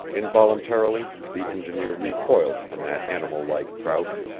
involuntarily the engineer recoiled from that animal-like crouch,